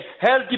health